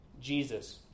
Jesus